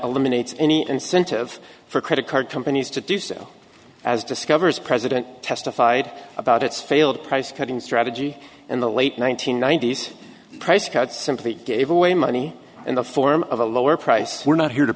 eliminates any incentive for credit card companies to do so as discovers president testified about its failed price cutting strategy in the late one nine hundred ninety s price cuts simply gave away money in the form of a lower priced we're not here to